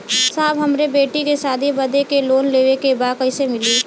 साहब हमरे बेटी के शादी बदे के लोन लेवे के बा कइसे मिलि?